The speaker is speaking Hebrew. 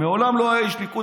מעולם לא היה איש ליכוד,